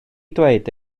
dweud